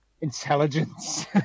intelligence